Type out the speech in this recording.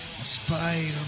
Spider